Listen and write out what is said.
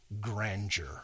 grandeur